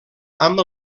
amb